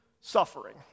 suffering